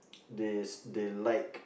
they they like